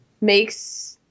makes